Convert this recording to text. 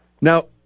Now